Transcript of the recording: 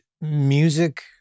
music